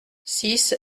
six